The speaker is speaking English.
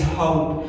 hope